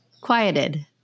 quieted